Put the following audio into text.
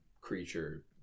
creature